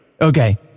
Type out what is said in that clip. Okay